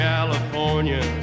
California